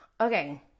Okay